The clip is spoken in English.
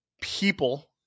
people